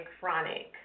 Chronic